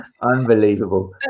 Unbelievable